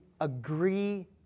agree